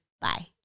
Bye